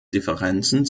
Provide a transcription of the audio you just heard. differenzen